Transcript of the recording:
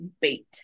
bait